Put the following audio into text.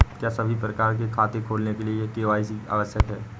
क्या सभी प्रकार के खाते खोलने के लिए के.वाई.सी आवश्यक है?